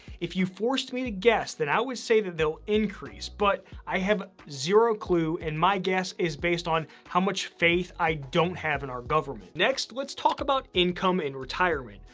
if you forced me to guess, then i will say that they'll increase. but, i have zero and my guess is based on how much faith i don't have in our government. next, let's talk about income in retirement.